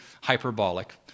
hyperbolic